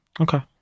Okay